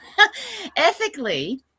ethically